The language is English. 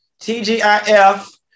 TGIF